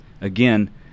again